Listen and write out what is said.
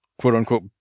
quote-unquote